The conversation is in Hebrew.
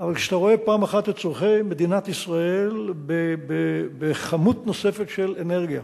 אבל כשאתה רואה פעם אחת את צורכי מדינת ישראל בכמות נוספת של אנרגיה,